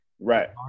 Right